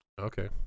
Okay